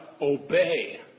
Obey